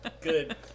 Good